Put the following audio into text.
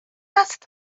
است